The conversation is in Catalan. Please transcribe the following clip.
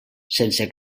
sense